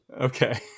okay